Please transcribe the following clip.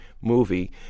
movie